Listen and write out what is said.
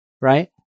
right